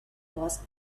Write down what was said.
was